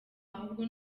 ahubwo